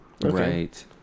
right